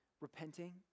repenting